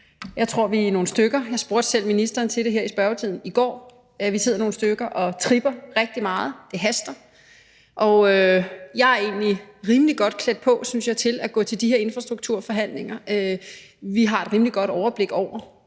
infrastrukturinvesteringer. Jeg spurgte selv ministeren om det i spørgetiden i går. Vi sidder nogle stykker og tripper rigtig meget, for det haster. Jeg er egentlig rimelig godt klædt på, synes jeg, til at gå til de her infrastrukturforhandlinger. Vi har et rimelig godt overblik over,